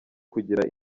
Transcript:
kugira